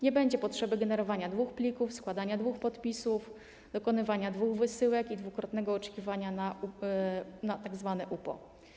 Nie będzie potrzeby generowania dwóch plików, składania dwóch podpisów, dokonywania dwóch wysyłek i dwukrotnego oczekiwania na tzw. UPO.